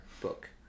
book